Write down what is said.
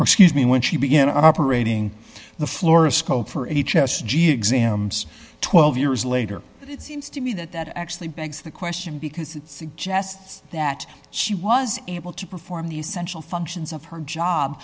or excuse me when she began operating the flora scope for h s g exams twelve years later it seems to me that that actually begs the question because it suggests that she was able to perform the essential functions of her job